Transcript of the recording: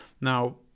now